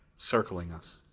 circling us.